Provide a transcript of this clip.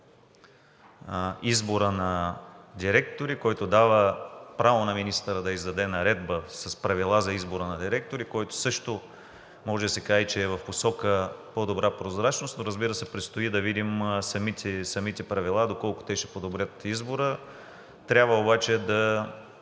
избора на директори, който дава право на министъра да издаде наредба с правила за избора на директори, който също може да се каже, че е в посока по добра прозрачност, но разбира се, предстои да видим самите правила, доколко те ще подобрят избора. Трябва обаче да